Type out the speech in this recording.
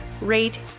rate